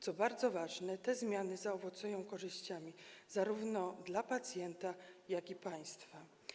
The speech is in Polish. Co bardzo ważne, te zmiany zaowocują korzyściami zarówno dla pacjenta, jak i dla państwa.